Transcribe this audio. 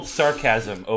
sarcasm